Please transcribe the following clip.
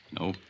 No